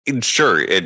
sure